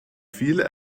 viele